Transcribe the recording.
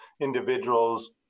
individuals